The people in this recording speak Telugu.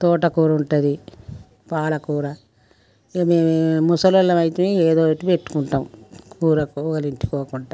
తోటకూరుంటది పాలకూర ఇంక మేము ముసలోళ్లమైతిమీ ఇంక ఏదో ఒకటి పెట్టుకుంటాం కూరకు ఎవరింటికి పోకుండా